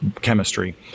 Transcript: chemistry